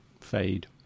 fade